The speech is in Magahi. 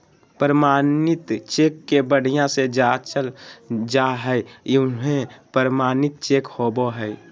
प्रमाणित चेक के बढ़िया से जाँचल जा हइ उहे प्रमाणित चेक होबो हइ